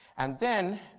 and then,